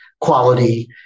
quality